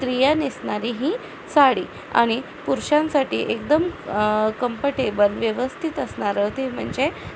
स्त्रिया नेसणारी ही साडी आणि पुरुषांसाठी एकदम कम्फर्टेबल व्यवस्थित असणारं ते म्हणजे